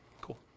Cool